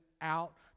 out